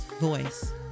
voice